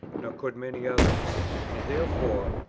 nor could many others and therefore,